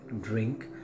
drink